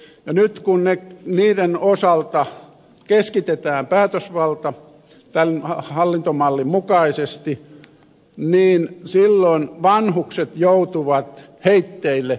ja nyt kun niiden osalta keskitetään päätösvalta tämän hallintomallin mukaisesti vanhukset joutuvat heitteille